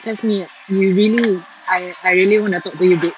trust me you really I I really wanna talk to you babe